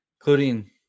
including